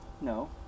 No